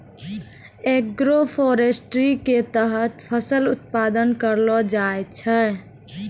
agroforestry के तहत फसल उत्पादन करलो जाय छै